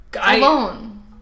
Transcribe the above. alone